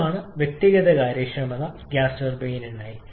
ഇതാണ് വ്യക്തിഗത കാര്യക്ഷമത ഗ്യാസ് ടർബൈനിനായി